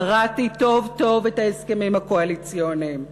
קראתי טוב טוב את ההסכמים הקואליציוניים,